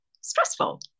stressful